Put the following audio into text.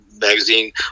magazine